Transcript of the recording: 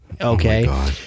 Okay